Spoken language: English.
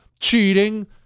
cheating